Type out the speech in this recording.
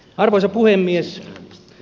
arvoisa puhemies